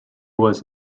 was